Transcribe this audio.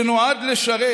שנועד לשרת